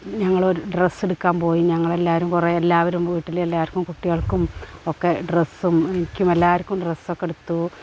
ഞങ്ങളൊരു ഡ്രെസ്സെടുക്കാൻ പോയി ഞങ്ങളെല്ലാവരും കുറേ എല്ലാവരും വീട്ടിലെല്ലാവർക്കും കുട്ടികൾക്കും ഒക്കെ ഡ്രെസ്സും ഇനിക്കും എല്ലാവർക്കും ഡ്രെസ്സൊക്കെ എടുത്തു